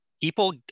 people